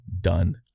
done